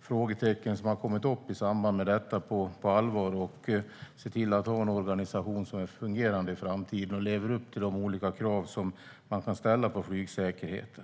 frågetecken som kommit upp i samband med detta på allvar och se till att ha en organisation som är fungerande i framtiden och lever upp till de olika krav som kan ställas på flygsäkerheten.